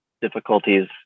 difficulties